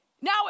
Now